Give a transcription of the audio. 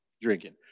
drinking